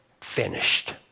finished